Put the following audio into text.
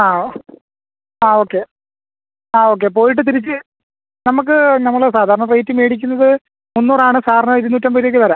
ആ ഓ ആ ഓക്കെ ആ ഓക്കെ പോയിട്ട് തിരിച്ച് നമുക്ക് നമ്മൾ സാധാരണ റേറ്റ് മേടിക്കുന്നത് മുന്നൂറാണ് സാറിന് ഇരുന്നൂറ്റൻപത് രൂപയ്ക്ക് തരാം